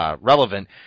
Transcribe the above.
relevant